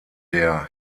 der